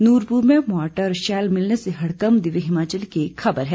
नूरपुर में mortar shell मिलने से हड़कंप दिव्य हिमाचल की एक खबर है